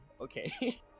okay